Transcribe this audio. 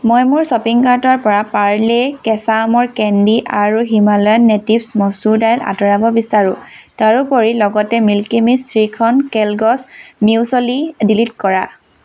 মই মোৰ শ্বপিং কাৰ্টৰ পৰা পাৰ্লে কেঁচা আমৰ কেণ্ডি আৰু হিমালয়ান নেটিভ্ছ মচুৰ দাইল আঁতৰাব বিচাৰোঁ তাৰোপৰি লগতে milky mist shrikhand Kellogg's muesli delete কৰা